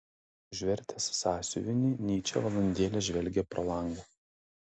užvertęs sąsiuvinį nyčė valandėlę žvelgė pro langą